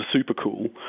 supercool